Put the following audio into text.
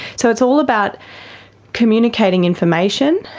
so it's all about communicating information,